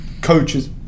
coaches